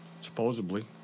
Supposedly